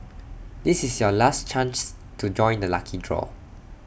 this is your last chance to join the lucky draw